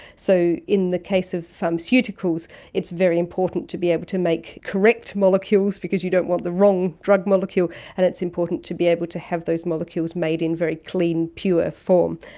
so in the case of pharmaceuticals it's very important to be able to make correct molecules because you don't want the wrong drug molecule and it's important to be able to have those molecules made in very clean, pure form.